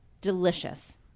delicious